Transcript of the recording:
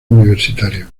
universitario